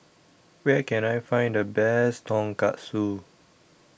Where Can I Find The Best Tonkatsu